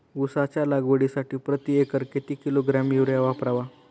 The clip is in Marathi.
उसाच्या लागवडीसाठी प्रति एकर किती किलोग्रॅम युरिया वापरावा?